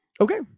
Okay